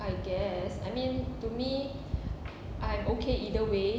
I guess I mean to me I'm okay either way